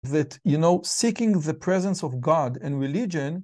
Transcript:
ואת יו נו סיקינג דה פרזנס אב גוד אנד ריליג'ון...